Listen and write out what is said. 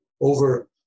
over